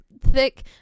thick